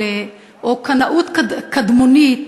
או לקנאות קדמונית